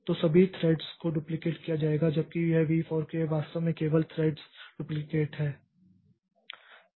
तो सभी थ्रेड्स को डुप्लिकेट किया जाएगा जबकि यह vfork यह वास्तव में केवल थ्रेड डुप्लिकेट है